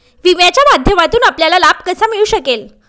विम्याच्या माध्यमातून आपल्याला लाभ कसा मिळू शकेल?